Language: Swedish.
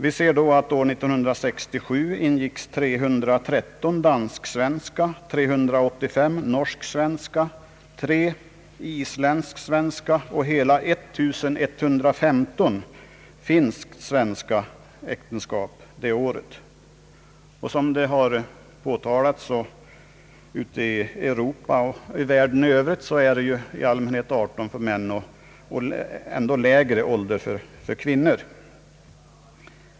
År 1967 ingicks 313 dansk-svenska, 385 norsk-svenska, 3 isländsk-svenska och hela 1 115 finsk-svenska äktenskap. Och såsom man har framhållit är ju ute i Europa och världen i övrigt äktenskapsåldern i allmänhet 18 år för män och ännu lägre för kvinnor.